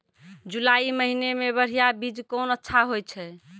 जुलाई महीने मे बढ़िया बीज कौन अच्छा होय छै?